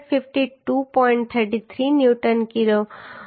33 newton પ્રતિ millimetre તરીકે આવે છે